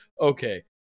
okay